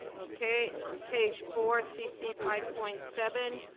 okay. on page four, cc five point seven.